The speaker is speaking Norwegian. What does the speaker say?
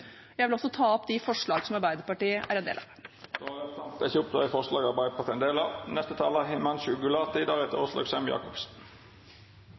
Jeg vil også ta opp de forslag som Arbeiderpartiet er en del av. Representanten